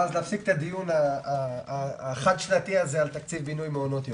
ואז להפסיק את הדיון החד שנתי הזה על תקציב בינוי מעונות יום.